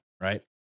right